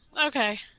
okay